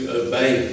obey